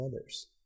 others